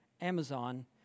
Amazon